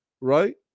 right